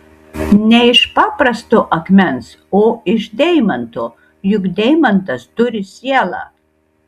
ne iš paprasto akmens o iš deimanto juk deimantas turi sielą